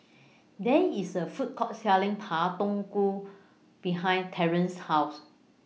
There IS A Food Court Selling Pak Thong Ko behind Terence's House